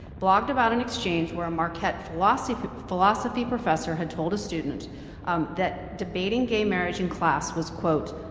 blogged about an exchange where a marquette philosophy philosophy professor had told a student um that debating gay marriage in class was, quote,